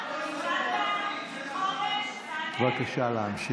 בבקשה להמשיך.